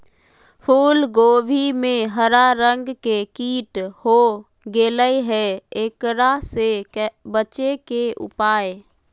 फूल कोबी में हरा रंग के कीट हो गेलै हैं, एकरा से बचे के उपाय?